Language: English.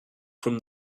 from